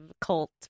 cult